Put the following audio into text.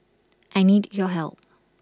I need your help